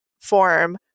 form